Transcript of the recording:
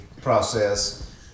process